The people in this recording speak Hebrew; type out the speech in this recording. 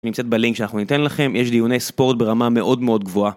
נמצאת בלינק שאנחנו ניתן לכם, יש דיוני ספורט ברמה מאוד מאוד גבוהה.